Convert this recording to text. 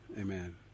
Amen